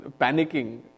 panicking